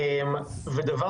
ב',